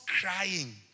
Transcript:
crying